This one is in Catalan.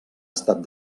estat